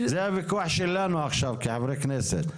זה עכשיו הוויכוח שלנו כחברי כנסת.